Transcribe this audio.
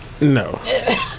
no